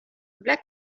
black